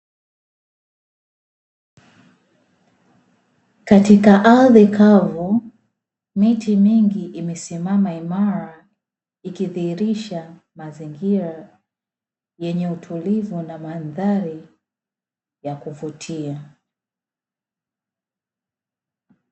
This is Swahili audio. Katika ardhi kavu, miti mingi imesimama imara, ikidhihirisha mazingira yenye utulivu na mandhari ya kuvutia.